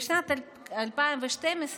בשנת 2012,